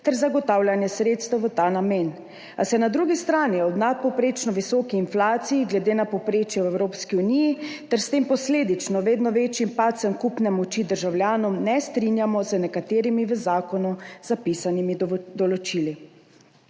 ter zagotavljanja sredstev v ta namen, a se na drugi strani ob nadpovprečno visoki inflaciji glede na povprečje v Evropski uniji ter s tem posledično vedno večjim padcem kupne moči državljanom ne strinjamo z nekaterimi v zakonu zapisanimi določili.